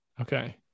Okay